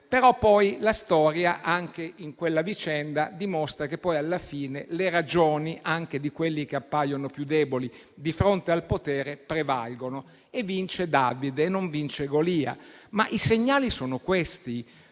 Però poi la storia, anche in quella vicenda, dimostra che alla fine le ragioni anche di quelli che appaiono più deboli di fronte al potere prevalgono; vince David e non vince Golia, ma i segnali sono questi.